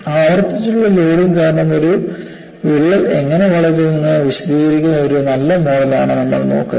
ആവർത്തിച്ചുള്ള ലോഡിംഗ് കാരണം ഒരു വിള്ളൽ എങ്ങനെ വളരുന്നുവെന്ന് വിശദീകരിക്കുന്ന ഒരു നല്ല മോഡലാണ് നമ്മൾ നോക്കുന്നത്